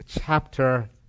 chapter